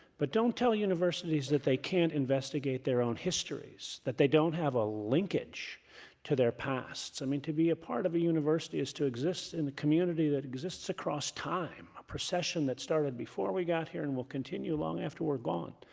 but don't tell universities that they can't investigate their own histories, that they don't have a linkage to their pasts. i mean to be a part of a university is to exist in the community that exists across time, a procession that started before we got here and will continue long after we're gone.